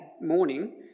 morning